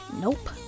Nope